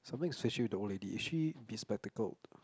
something is fishy with the old lady is she bespectacled